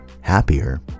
happier